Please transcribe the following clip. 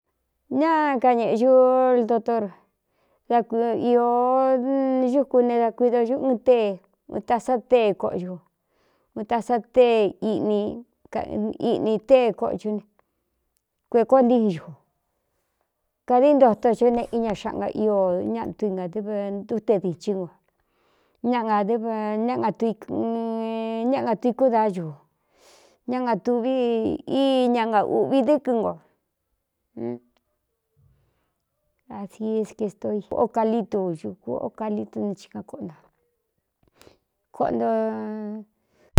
Ñá ka ñēꞌñúl dotor dá īó ñúku ne da kuido ñu ɨn tée u ta sa tée koꞌñu u ta sa tee iꞌni tée koꞌchú ne kuekóō ntín ñu kādií ntoto co neꞌi ña xaꞌanga io ñatɨ ngadɨv túte dichín ngo ññáꞌ nga tui kúdaá ñuu ñá nga tuvi íña nga ūꞌvi dɨ́kɨn nkō ādi éke stoo i okalitu ūku ocalitu n hika koꞌona kuaꞌonto.